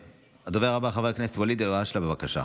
הדובר הבא, חבר הכנסת ואליד אלהואשלה, בבקשה.